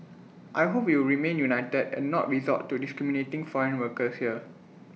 I hope we will remain united and not resort to discriminating foreign workers here